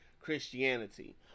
Christianity